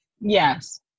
yes